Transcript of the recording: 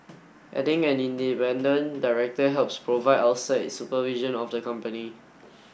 adding an independent director helps provide outside supervision of the company